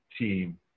team